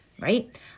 right